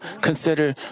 consider